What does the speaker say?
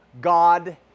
God